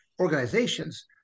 organizations